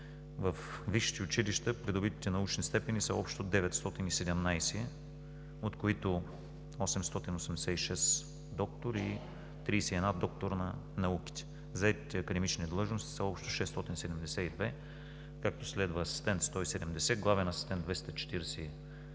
Във висшите училища придобитите научни степени са общо 917, от които 886 – „доктор“, и 31 – „доктор на науките“. Заетите академични длъжности са общо 672, както следва: „асистент“ – 170, „главен асистент“